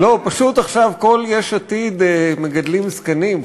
פשוט עכשיו כל יש עתיד מגדלים זקנים,